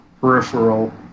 peripheral